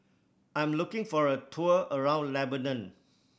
I am looking for a tour around Lebanon